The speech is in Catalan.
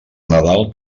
nadal